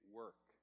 work